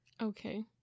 Okay